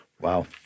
wow